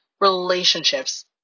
relationships